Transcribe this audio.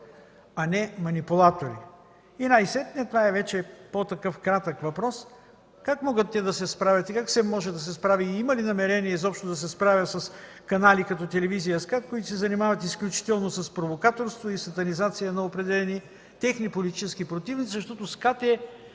а не манипулатори! И най-сетне, това вече е по-кратък въпрос: как могат те да се справят, как СЕМ може да се справи и има ли намерение изобщо да се справи с канали като телевизия „Скат“, които се занимават изключително с провокаторство и със сатанизация на определени техни политически противници, защото „Скат“ е